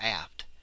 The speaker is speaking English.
aft